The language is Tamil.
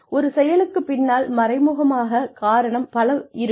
ஒரு செயலுக்குப் பின்னால் மறைமுகமாகக் காரணம் பல இருக்கும்